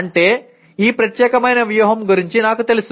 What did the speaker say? అంటే ఈ ప్రత్యేకమైన వ్యూహం గురించి నాకు తెలుసు